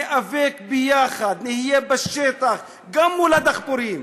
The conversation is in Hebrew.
ניאבק ביחד, נהיה בשטח גם מול הדחפורים